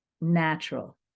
natural